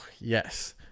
yes